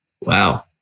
wow